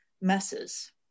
messes